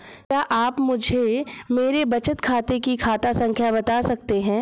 क्या आप मुझे मेरे बचत खाते की खाता संख्या बता सकते हैं?